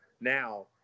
now